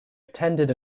attended